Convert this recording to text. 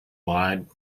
lied